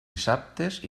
dissabtes